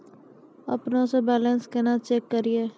अपनों से बैलेंस केना चेक करियै?